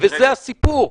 וזה הסיפור.